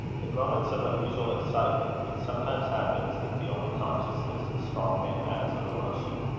in moments of unusual excitement, it sometimes happens that the only consciousness a strong man has of emotion,